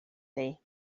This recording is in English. day